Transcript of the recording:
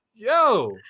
Yo